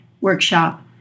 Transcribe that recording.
workshop